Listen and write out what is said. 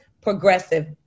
progressive